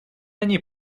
они